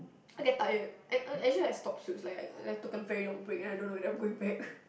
I get tired and I I actually I stop Suits like like I took a very long break and I don't know whether I'm going back